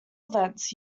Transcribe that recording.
events